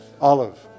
Olive